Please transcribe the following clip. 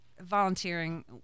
volunteering